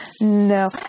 No